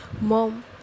Mom